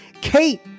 Kate